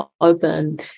open